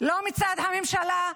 לא מצד הממשלה,